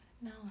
No